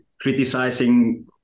criticizing